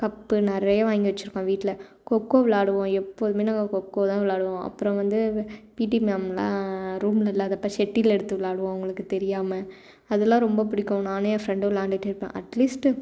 cup நிறையா வாங்கி வச்சிருக்கோம் வீட்டில கொக்கொ விளாயாடுவோம் எப்போதுமே நாங்கள் கொக்கோ தான் விளாயாடுவோம் அப்புறம் வந்து பீடி மேம்லாம் ரூம்ல இல்லாதப்போ ஷட்டில் எடுத்து விளாயாடுவோம் அவங்களுக்கு தெரியாமல் அதெலாம் ரொம்ப பிடிக்கும் நானும் என் ஃப்ரெண்டும் விளாயாண்டுட்டே இருப்பேன் அட்லீஸ்ட்